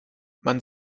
man